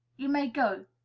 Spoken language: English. you may go,